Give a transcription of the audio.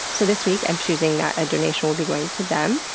so this week i'm choosing that a donation will be going to them.